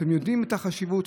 אתם יודעים את החשיבות,